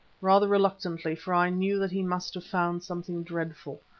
rather reluctantly, for i knew that he must have found something dreadful,